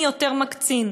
מי יותר מקצין.